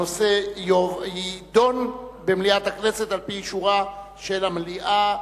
הנושא יידון במליאת הכנסת על-פי אישורה של המליאה.